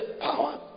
power